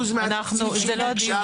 70% מהתקציב שהיא ביקשה --- אבל זה לא הדיון.